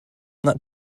not